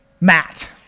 Matt